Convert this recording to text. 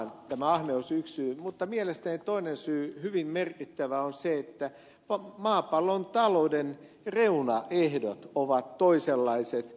tämä ahneus on yksi syy mutta mielestäni toinen hyvin merkittävä syy on se että maapallon talouden reunaehdot ovat toisenlaiset